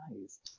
nice